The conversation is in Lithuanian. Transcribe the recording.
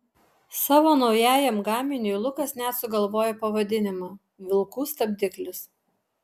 savo naujajam gaminiui lukas net sugalvojo pavadinimą vilkų stabdiklis